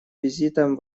визитом